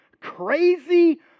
crazy